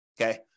Okay